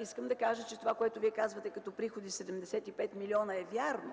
Искам да кажа, че това, което Вие казвате като приходи 75 милиона, е вярно,